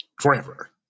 forever